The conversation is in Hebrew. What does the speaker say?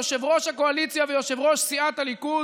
יושב-ראש הקואליציה ויושב-ראש סיעת הליכוד: